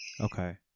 Okay